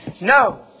No